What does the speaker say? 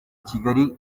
kigali